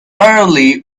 early